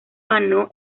ganó